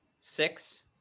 six